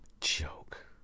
Joke